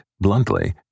bluntly